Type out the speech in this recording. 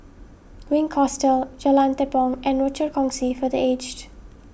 Wink Hostel Jalan Tepong and Rochor Kongsi for the Aged